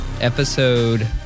Episode